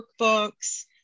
workbooks